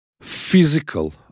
physical